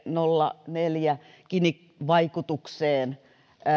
nolla neljä prosentin gini vaikutukseen